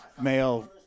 male